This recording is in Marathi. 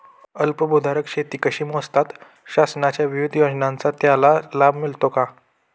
अल्पभूधारक शेती कशी मोजतात? शासनाच्या विविध योजनांचा त्याला लाभ मिळतो का?